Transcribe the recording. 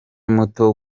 muto